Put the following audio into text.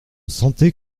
sentait